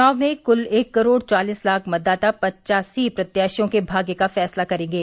चुनाव में कुल एक करोड़ चालीस लाख मतदाता पच्चासी प्रत्याशियों के भाग्य का फैसला करेंगे